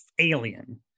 alien